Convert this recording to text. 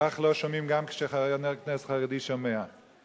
כך לא שומעים גם כשחבר כנסת חרדי מדבר.